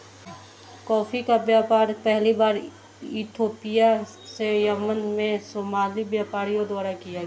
coffee का व्यापार पहली बार इथोपिया से यमन में सोमाली व्यापारियों द्वारा किया गया